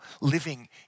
living